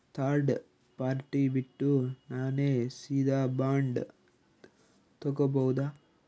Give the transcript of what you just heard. Third party ಬಿಟ್ಟು ನಾನೇ ಸೀದಾ ಬಾಂಡ್ ತೋಗೊಭೌದಾ?